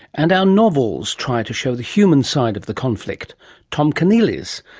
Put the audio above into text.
and our novels tried to show the human side of the conflict tom kenneally's,